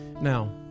Now